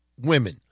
women